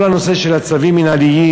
כל הנושא של הצווים המינהליים,